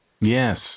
Yes